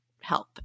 help